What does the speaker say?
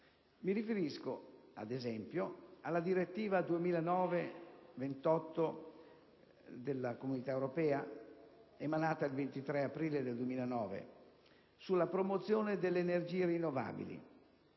Mi riferisco, ad esempio, alla direttiva 2009/28/CE, emanata il 23 aprile del 2009, sulla promozione delle energie rinnovabili,